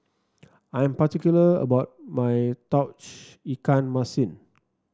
I am particular about my Tauge Ikan Masin